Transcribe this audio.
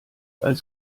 als